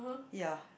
ya